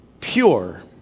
pure